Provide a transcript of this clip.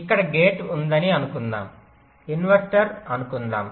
ఇక్కడ గేట్ ఉందని అనుకుందాము ఇన్వర్టర్ అనుకుందాము